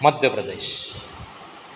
Madhya Pradesh